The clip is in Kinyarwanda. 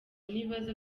n’ibibazo